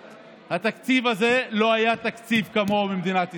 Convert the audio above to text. התקציב הזה, לא היה תקציב כמוהו במדינת ישראל.